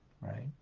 Right